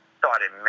started